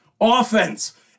offense